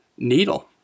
needle